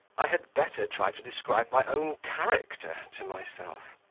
i had better try to describe my own character to myself.